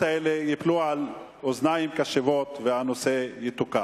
האלה ייפלו על אוזניים קשובות ויתוקנו.